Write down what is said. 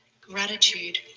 Gratitude